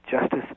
justice